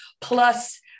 plus